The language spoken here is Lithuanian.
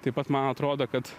taip pat man atrodo kad